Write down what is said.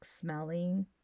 smelling